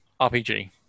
RPG